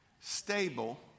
stable